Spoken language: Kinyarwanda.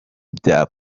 bya